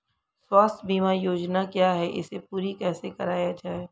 स्वास्थ्य बीमा योजना क्या है इसे पूरी कैसे कराया जाए?